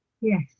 yes